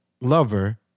lover